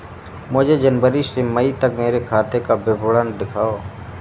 मुझे जनवरी से मई तक मेरे खाते का विवरण दिखाओ?